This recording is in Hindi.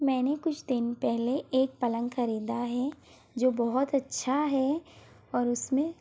मैंने कुछ दिन पहले एक पलंग ख़रीदा है जो बहुत अच्छा है और उस में